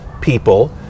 people